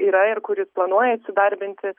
yra ir kur jis planuoja įsidarbinti